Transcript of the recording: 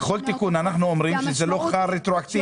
בכל תיקון אנחנו אומרים שזה לא חל רטרואקטיבית.